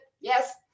Yes